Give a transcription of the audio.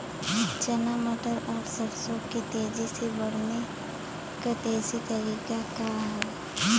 चना मटर और सरसों के तेजी से बढ़ने क देशी तरीका का ह?